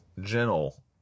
gentle